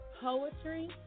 poetry